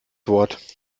wort